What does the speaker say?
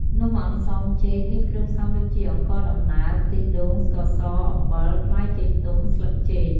នំអន្សមចេកមានគ្រឿងផ្សំដូចជាអង្ករដំណើប ខ្ទិះដូង ស្ករស អំបិល ផ្លែចេកទុំ ស្លឹកចេក។